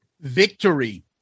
Victory